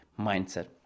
mindset